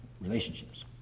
relationships